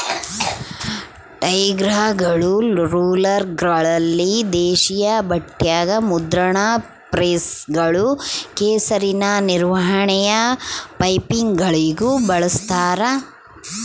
ಟೈರ್ಗಳು ರೋಲರ್ಗಳಲ್ಲಿ ದೇಶೀಯ ಬಟ್ಟೆಗ ಮುದ್ರಣ ಪ್ರೆಸ್ಗಳು ಕೆಸರಿನ ನಿರ್ವಹಣೆಯ ಪೈಪ್ಗಳಿಗೂ ಬಳಸ್ತಾರ